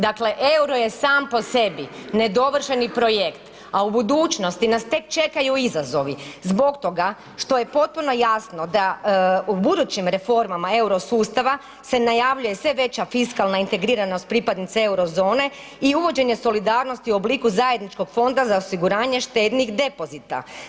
Dakle, EUR-o je sam po sebi nedovršeni projekt, a u budućnosti nas tek čekaju izazovi, zbog toga što je potpuno jasno da u budućim reformama eurosustava se najavljuje sve veća fiskalna integriranost pripadnica euro zone i uvođenje solidarnosti u obliku zajedničkog fonda za osiguranje štednih depozita.